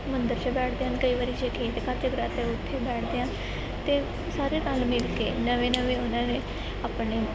ਮੰਦਰ 'ਚ ਬੈਠਦੇ ਹਨ ਕਈ ਵਾਰੀ ਜੇ ਕਿਸੇ ਦੇ ਘਰ ਜਗਰਾਤੇ ਉੱਥੇ ਬੈਠਦੇ ਹਨ ਤਾਂ ਸਾਰੇ ਰਲ ਮਿਲ ਕੇ ਨਵੇਂ ਨਵੇਂ ਉਹਨਾਂ ਨੇ ਆਪਣੇ